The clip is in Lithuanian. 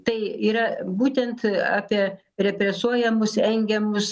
tai yra būtent apie represuojamus engiamus